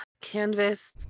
canvas